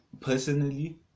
personally